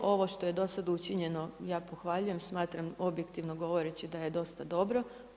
Ovo što je dosad učinjeno ja pohvaljujem, smatram objektivno govoreći da je dosta dobro.